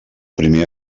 primer